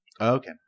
Okay